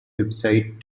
website